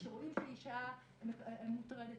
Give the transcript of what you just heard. שכשרואים שאישה מוטרדת,